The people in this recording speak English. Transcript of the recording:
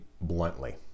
bluntly